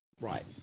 Right